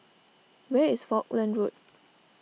where is Falkland Road